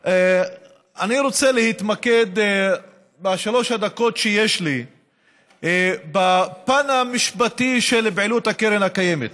אני רוצה להתמקד בשלוש הדקות שיש לי בפן המשפטי של פעילות הקרן הקיימת.